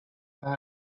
that